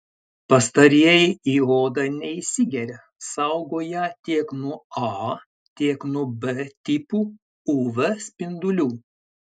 pastarieji į odą neįsigeria saugo ją tiek nuo a tiek nuo b tipų uv spindulių